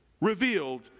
revealed